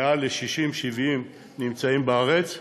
מעל 60 70 יש בארץ,